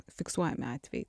fiksuojami atvejai